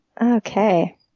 okay